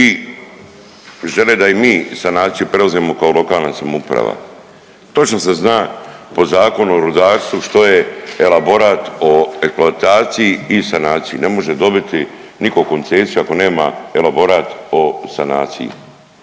i žele da i mi sanaciju preuzmemo kao lokalna samouprava. Točno se zna po Zakonu o rudarstvu što je elaborat o eksploataciji i sanaciji. Ne može dobiti nitko koncesiju ako nema elaborat o sanaciji.